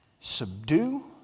subdue